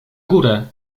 górę